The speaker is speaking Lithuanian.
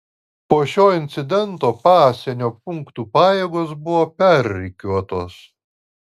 po šio incidento pasienio punktų pajėgos buvo perrikiuotos